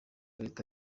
leta